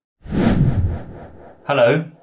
Hello